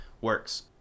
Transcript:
works